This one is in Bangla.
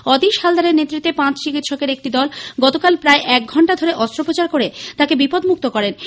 অতীশ হালদারের নেড়ত্বে পাঁচ চিতিৎসকের একটি দল আজ সকালে প্রায় এক ঘন্টা ধরে অস্ত্রোপচার করে তাকে বিপন্মুক্ত করেন